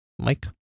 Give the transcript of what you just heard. Mike